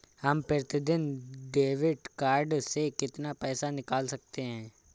हम प्रतिदिन debit card से कितना पैसा निकाल सकते हैं?